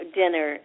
dinner